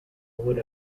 would